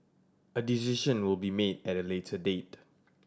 a decision will be made at a later date